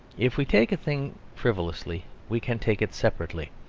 if we take a thing frivolously we can take it separately,